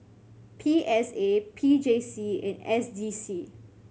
P S A P J C and S D C